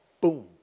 Boom